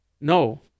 No